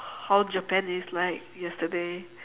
how japan is like yesterday